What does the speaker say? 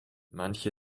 manche